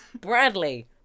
Bradley